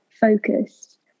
focused